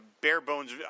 bare-bones